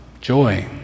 joy